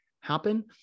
happen